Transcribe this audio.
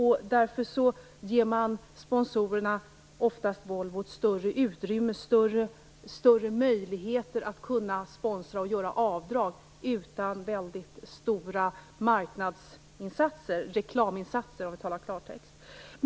Därför ger man sponsorerna, oftast Volvo, ett större utrymme och större möjligheter att kunna sponsra och göra avdrag utan väldigt stora marknadsinsatser - eller reklaminsatser, för att tala klartext.